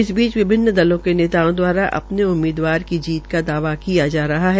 इस बीच विभिन्न दनों के नेताओं दवारा अपने उम्मीदवार की जीत का दावा किया जा रहा है